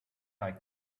like